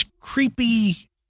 creepy